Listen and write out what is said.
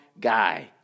guy